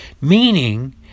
Meaning